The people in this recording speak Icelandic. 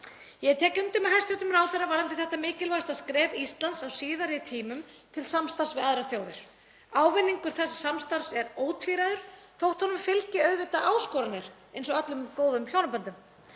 Ég tek undir með hæstv. ráðherra varðandi þetta mikilvægasta skref Íslands á síðari tímum til samstarfs við aðrar þjóðir. Ávinningur þessa samstarfs er ótvíræður þótt honum fylgi auðvitað áskoranir eins og öllum góðum hjónaböndum.